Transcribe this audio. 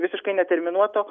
visiškai neterminuoto